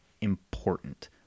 important